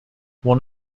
one